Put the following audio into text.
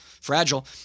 fragile